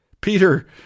Peter